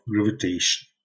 gravitation